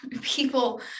people